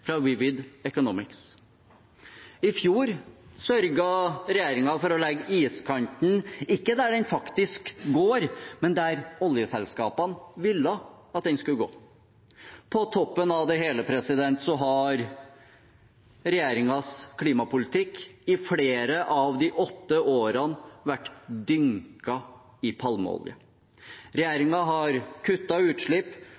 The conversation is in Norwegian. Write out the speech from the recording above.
fra Vivid Economics. I fjor sørget regjeringen for å legge iskanten ikke der den faktisk går, men der oljeselskapene ville at den skulle gå. På toppen av det hele har regjeringens klimapolitikk i flere av de åtte årene vært dynket i palmeolje.